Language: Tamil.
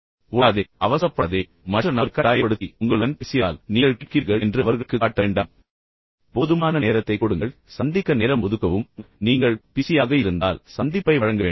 ஓடாதே அவசரப்படாதே மற்ற நபர் கட்டாயப்படுத்தி உங்களுடன் பேசியதால் நீங்கள் கேட்கிறீர்கள் என்று அவர்களுக்குக் காட்ட வேண்டாம் போதுமான நேரத்தைக் கொடுங்கள் சந்திக்க நேரம் ஒதுக்கவும் பின்னர் நீங்கள் பிஸியாக இருந்தால் சந்திப்பை வழங்க வேண்டாம்